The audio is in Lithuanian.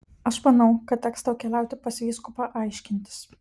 aš manau kad teks tau keliauti pas vyskupą aiškintis